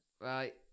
Right